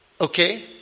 Okay